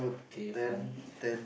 K fine